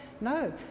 No